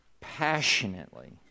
passionately